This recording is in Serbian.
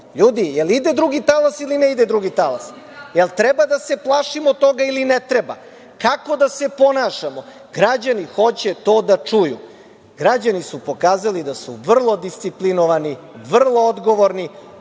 Ljudi, jel ide drugi talas, ili ne ide drugi talas, jel treba da se plašimo toga, ili ne treba? Kako da se ponašamo? Građani hoće to da čuju. Građani su pokazali da su vrlo disciplinovani, vrlo odgovorni,